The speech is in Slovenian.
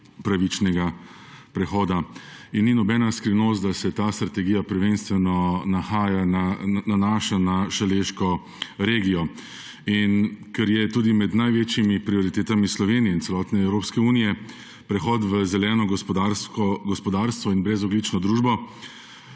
pravičnega prehoda. Nobena skrivnost ni, da se ta strategija prvenstveno nanaša na Šaleško regijo. Ker je med največjimi prioritetami Slovenije in celotne Evropske unije prehod v zeleno gospodarstvo in brezogljično družbo,